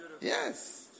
Yes